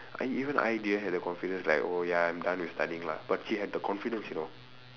and even I didn't have the confidence like oh ya I'm done with studying lah but she had the confidence you know